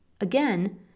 again